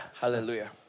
Hallelujah